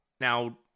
Now